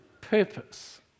purpose